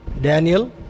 Daniel